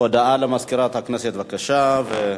הודעה למזכירת הכנסת, בבקשה.